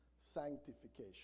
sanctification